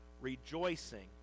rejoicing